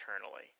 eternally